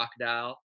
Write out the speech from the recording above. crocodile